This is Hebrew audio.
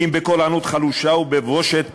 כי אם בקול ענות חלושה ובבושת פנים.